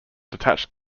detached